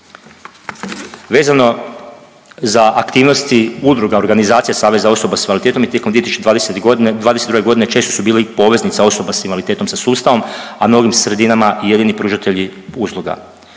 Vezano za aktivnosti udruga, organizacija Saveza osobe s invaliditetom i tijekom 2022.g. često su bili poveznica osobe s invaliditetom sa sustavom, a novim sredinama i jedini pružatelji usluga.